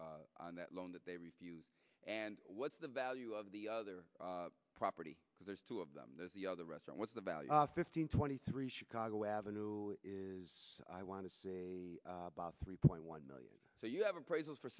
that on that loan that they refuse and what's the value of the other property because there's two of them there's the other restaurant what's the value fifteen twenty three chicago avenue is i want to say about three point one million so you have appraisals for